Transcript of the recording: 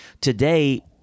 Today